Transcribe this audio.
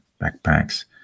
backpacks